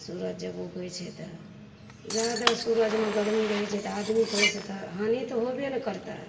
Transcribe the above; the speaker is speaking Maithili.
सूरज जब उगैत छै तऽ जादा सूरजमे गरमी रहैत छै तऽ आदमीके ओहिसे तऽ हानि होयबे ने करतै